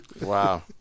Wow